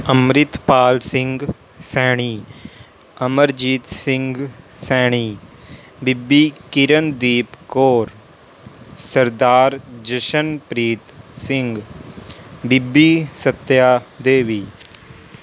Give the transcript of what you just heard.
Amritpal Singh Saini Amarjit Singh Saini Bibi Kirandeep Kaur Sardar Jashanpreet Singh Bibi Satya Devi